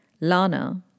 Lana